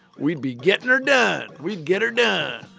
we'd be gettin' er done. we'd get er done